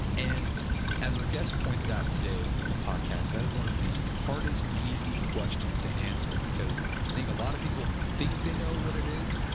and as our guest points out today in the podcast, that is one of the hardest easy questions to answer because i think a lot of people think they know what it is,